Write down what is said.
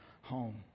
home